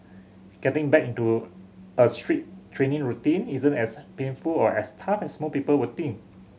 getting back into a strict training routine isn't as painful or as tough as most people would think